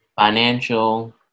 Financial